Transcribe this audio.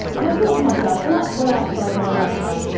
and i thought to myself, well, that's well outside my lifetime,